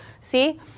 See